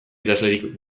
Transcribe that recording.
idazlerik